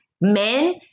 men